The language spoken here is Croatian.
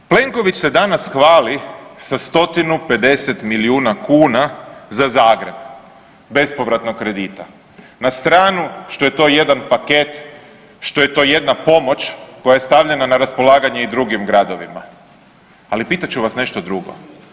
Plenković se danas hvali sa stotinu 50 milijuna kuna za Zagreb bespovratnog kredita, na stranu što je to jedan paket, što je to jedna pomoć koja je stavljena na raspolaganje i drugim gradovima, ali pitat ću vas nešto drugo.